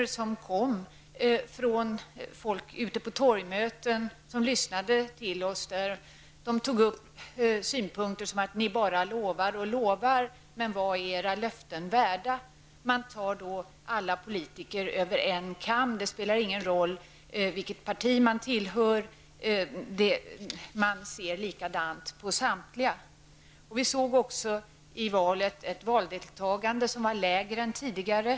En del av dem som var ute på torgmöten och lyssnade på oss politiker gav då uttryck för synpunkten: Ni politiker bara lovar och lovar, men vad är era löften värda? Alla politiker drogs över en kam. Det spelade ingen roll vilket parti man tillhörde. Folk såg likadant på samtliga politiker. Valdeltagandet var också lägre än tidigare.